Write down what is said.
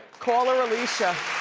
call her alicia.